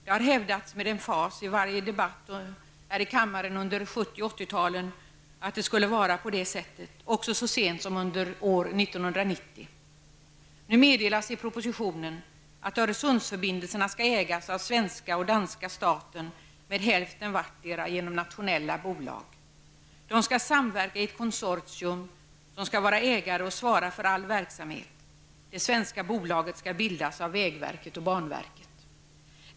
Det har med emfas hävdats i varje debatt här i kammaren under 70 och 80-talen att det skulle vara på detta sätt. Också så sent som 1990 hävdade man detta. Nu meddelas i propositionen att Öresundsförbindelserna skall ägas av svenska och danska staten med hälften vardera genom nationella bolag. De skall samverka i ett konsortium som skall vara ägare och svara för all verksamhet. Det svenska bolaget skall bildas av vägverket och banverket.